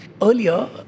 earlier